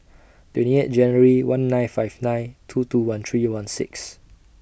twenty eight January one nine five nine two two one three one six